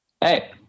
Hey